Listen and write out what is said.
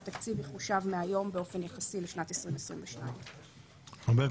והתקציב יחושב מהיום באופן יחסי לשנת 2022. ארבל,